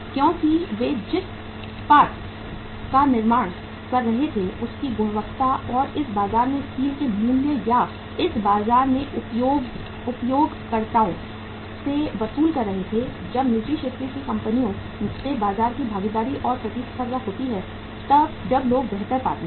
क्योंकि वे जिस इस्पात का निर्माण कर रहे थे उसकी गुणवत्ता और इस बाजार में स्टील के मूल्य या इस बाजार के उपयोगकर्ताओं से वसूल रहे थे जब निजी क्षेत्र की कंपनियों से बाजार में भागीदारी और प्रतिस्पर्धा होती थी जब लोग बेहतर पाते थे